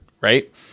right